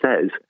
says